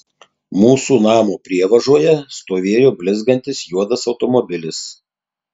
mūsų namo prievažoje stovėjo blizgantis juodas automobilis